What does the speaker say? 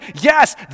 yes